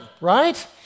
right